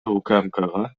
укмкга